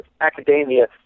academia